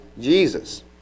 Jesus